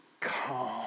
calm